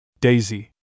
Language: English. Daisy